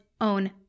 own